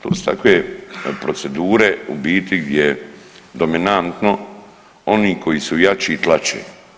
To su takve procedure u biti gdje dominantno oni koji su jači tlače.